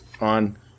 on